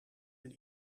een